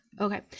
Okay